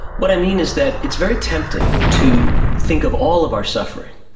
what i mean is that it's very tempting to think of all of our suffering,